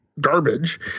garbage